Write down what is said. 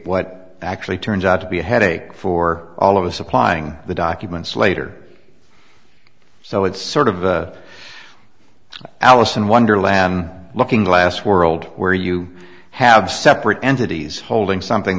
what actually turns out to be a headache for all of us supplying the documents later so it's sort of a alice in wonderland looking glass world where you have separate entities holding something